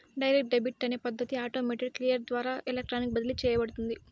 direct debit అనే పద్ధతి automated clear ద్వారా ఎలక్ట్రానిక్ బదిలీ ద్వారా చేయబడుతుంది